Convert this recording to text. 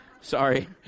Sorry